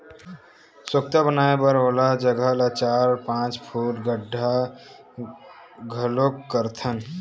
सोख्ता बनाए बर ओ जघा ल चार, पाँच फूट गड्ढ़ा घलोक करथन